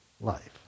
life